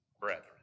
brethren